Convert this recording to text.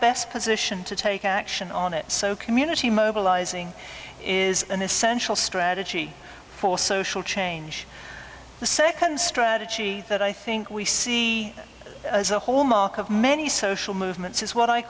best position to take action on it so community mobilizing is an essential strategy for social change the second strategy that i think we see as a whole mark of many social movements is what i